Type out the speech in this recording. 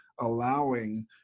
allowing